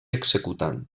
executant